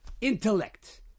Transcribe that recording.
intellect